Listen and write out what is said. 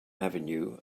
avenue